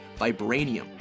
vibranium